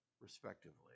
respectively